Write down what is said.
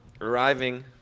arriving